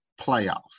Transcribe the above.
playoffs